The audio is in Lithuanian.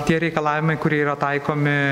tie reikalavimai kurie yra taikomi